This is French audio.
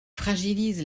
fragilise